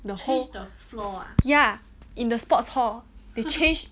the whole ya in the sports hall they changed